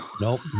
nope